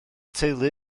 teulu